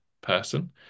person